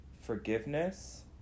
forgiveness